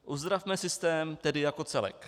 Uzdravme systém tedy jako celek.